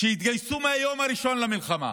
שהתגייסו מהיום הראשון למלחמה,